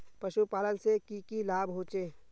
पशुपालन से की की लाभ होचे?